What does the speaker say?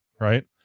right